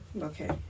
Okay